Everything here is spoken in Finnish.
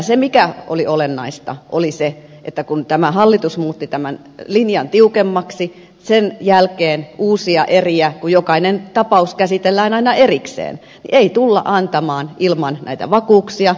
se mikä oli olennaista oli se että kun tämä hallitus muutti tämän linjan tiukemmaksi sen jälkeen uusia eriä kun jokainen tapaus käsitellään aina erikseen ei tulla antamaan ilman näitä vakuuksia